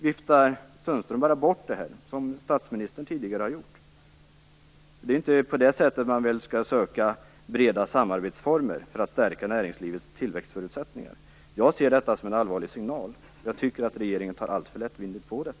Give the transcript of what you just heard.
Viftar Sundström bara bort det här på samma sätt som statsministern tidigare har gjort? Det är väl inte på det sättet man söker breda samarbetsformer för att stärka näringslivets tillväxtförutsättningar? Jag ser detta som en allvarlig signal. Jag tycker att regeringen tar alltför lättvindigt på detta.